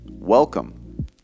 Welcome